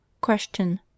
Question